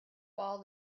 ball